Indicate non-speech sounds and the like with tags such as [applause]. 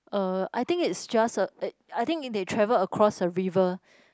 uh I think it's just a [noise] I think they travel across a river